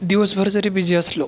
दिवसभर जरी बिझी असलो